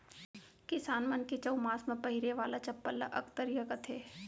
किसान मन के चउमास म पहिरे वाला चप्पल ल अकतरिया कथें